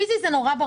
פיזי זה ברור.